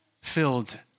filled